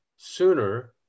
sooner